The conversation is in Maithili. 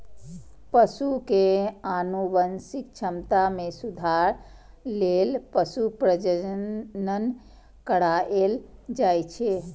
पशु के आनुवंशिक क्षमता मे सुधार लेल पशु प्रजनन कराएल जाइ छै